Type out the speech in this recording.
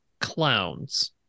clowns